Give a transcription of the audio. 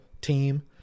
team